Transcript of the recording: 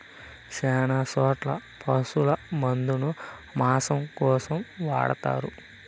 శ్యాన చోట్ల పశుల మందను మాంసం కోసం వాడతారు